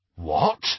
What